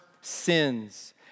sins